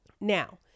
Now